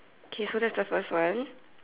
okay so that's the first one